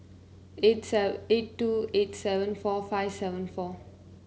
eight seven eight two eight seven four five seven four